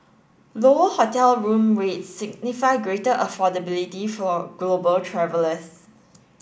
lower hotel room rates signify greater affordability for global travellers